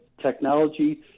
technology